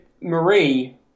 Marie